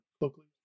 locally